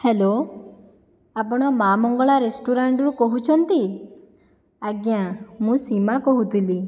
hello ଆପଣ ମା ମଙ୍ଗଳା ରେଷ୍ଟୁରାଣ୍ଟରୁ କହୁଛନ୍ତି ଆଜ୍ଞା ମୁଁ ସୀମା କହୁଥିଲି